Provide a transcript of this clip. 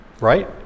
right